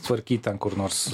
tvarkyt ten kur nors